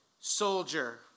soldier